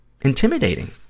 intimidating